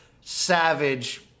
savage